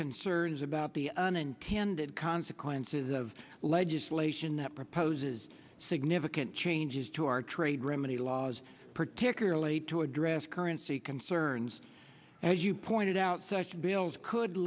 concerns about the unintended consequences of legit lation that proposes significant changes to our trade remedy laws particularly to address currency concerns as you pointed out such bills could